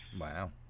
Wow